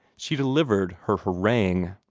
she delivered her harangue.